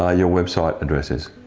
ah your website address is?